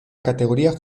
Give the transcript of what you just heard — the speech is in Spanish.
categoría